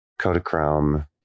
Kodachrome